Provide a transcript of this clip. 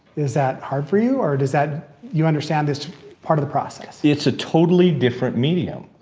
is that hard for you or does that, you understand this part of the process? it's a totally different medium.